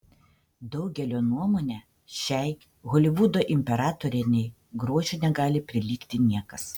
daugelio nuomone šiai holivudo imperatorienei grožiu negali prilygti niekas